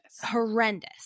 Horrendous